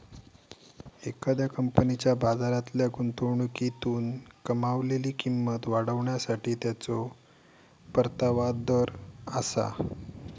एखाद्या कंपनीच्या बाजारातल्या गुंतवणुकीतून कमावलेली किंमत वाढवण्यासाठी त्याचो परतावा दर आसा